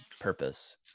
purpose